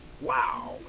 Wow